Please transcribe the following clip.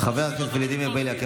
חבר הכנסת ולדימיר בליאק,